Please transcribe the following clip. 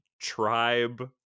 tribe